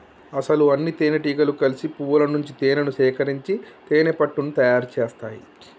అసలు అన్నితేనెటీగలు కలిసి పువ్వుల నుంచి తేనేను సేకరించి తేనెపట్టుని తయారు సేస్తాయి